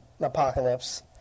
Apocalypse